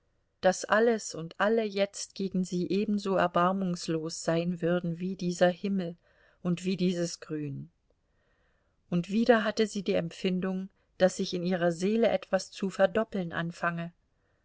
daß alles und alle jetzt gegen sie ebenso erbarmungslos sein würden wie dieser himmel und wie dieses grün und wieder hatte sie die empfindung daß sich in ihrer seele etwas zu verdoppeln anfange